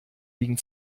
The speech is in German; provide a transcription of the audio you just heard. liegen